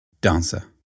dancer